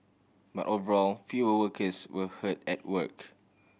but overall fewer workers were hurt at work